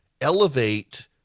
elevate